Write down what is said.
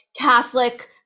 Catholic